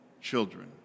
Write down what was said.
children